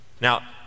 Now